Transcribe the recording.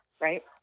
right